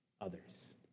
others